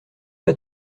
pas